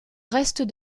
reste